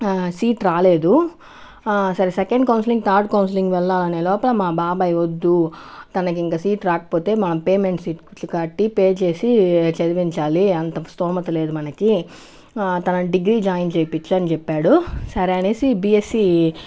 seat రాలేదు సరే second counselling third counselling వెళ్దాం అనే లోపల బాబాయ్ వద్దు తనకింక సీట్ రాకపోతే మనం పేమెంట్ సీట్ కట్టి పే చేసి చదివించాలి అంత స్తోమత లేదు మనకి తనని డిగ్రీ జాయిన్ చేయించు అని చెప్పాడు సరే అనేసి బీఎస్సీ